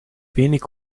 wenig